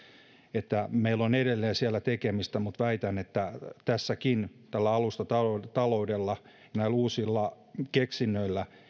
että meillä on edelleen siellä tekemistä mutta väitän että tässäkin tällä alustataloudella näillä uusilla keksinnöillä